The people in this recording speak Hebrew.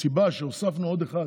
הסיבה שהוספנו עוד אחד